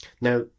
Now